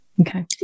Okay